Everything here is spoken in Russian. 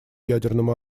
ядерном